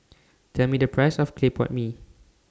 Tell Me The Price of Clay Pot Mee